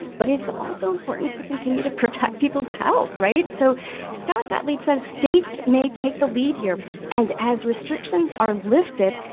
but it's also important to continue to protect people's health, right? so scott gottlieb says states may take the lead here and as restrictions are lifted,